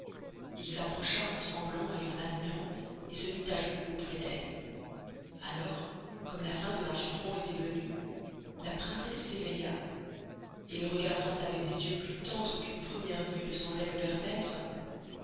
il s'approcha en tremblant et en admirant et se mit à genoux auprés d'elle alors comme la fin de l'enchantement estoit venuë la princesse s'éveilla et le regardant avec des yeux plus tendres qu'une premiere veuë ne sembloit le permettre